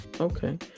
Okay